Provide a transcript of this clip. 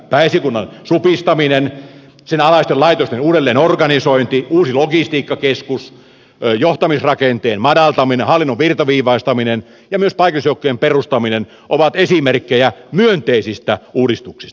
pääesikunnan supistaminen sen alaisten laitosten uudelleenorganisointi uusi logistiikkakeskus johtamisrakenteen madaltaminen hallinnon virtaviivaistaminen ja myös paikallisjoukkojen perustaminen ovat esimerkkejä myönteisistä uudistuksista